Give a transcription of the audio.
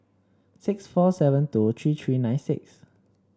six four seven two three three nine six